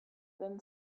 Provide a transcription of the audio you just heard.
then